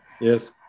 Yes